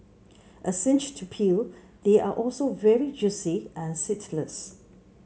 a cinch to peel they are also very juicy and seedless